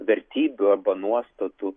vertybių arba nuostatų